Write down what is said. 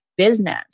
business